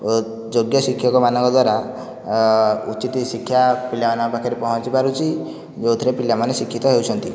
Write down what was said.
ଓ ଯୋଗ୍ୟ ଶିକ୍ଷକ ମାନଙ୍କ ଦ୍ୱାରା ଉଚିତ୍ ଶିକ୍ଷା ପିଲାମାନଙ୍କ ପାଖରେ ପହଞ୍ଚି ପାରୁଛି ଯେଉଁଥିରେ ପିଲାମାନେ ଶିକ୍ଷିତ ହେଉଛନ୍ତି